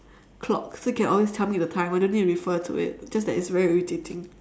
clock so it can always tell me the time I don't need to refer to it just that it's very irritating